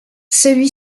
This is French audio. celui